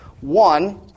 One